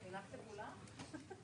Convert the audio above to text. הכספים.